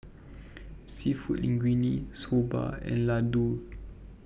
Seafood Linguine Soba and Ladoo